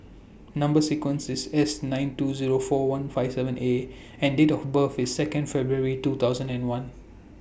Number sequence IS S nine two Zero four one five seven A and Date of birth IS Second February two thousand and one